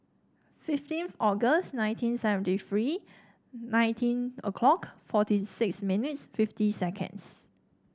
fifteen of August nineteen seventy three nineteen o'clock forty six minutes fifty seconds